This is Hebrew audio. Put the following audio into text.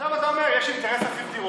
עכשיו אתה אומר שיש אינטרס להוסיף דירות.